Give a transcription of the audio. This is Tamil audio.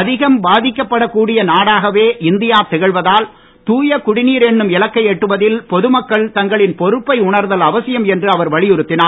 அதிகம் பாதிக்கப்படக் கூடிய நாடாகவே இந்தியா திகழ்வதால் தூய குடிநீர் என்னும் இலக்கை எட்டுவதில் பொதுமக்கள் தங்களின் பொறுப்பை உணர்தல் அவசியம் என்று அவர் வலியுறுத்தினார்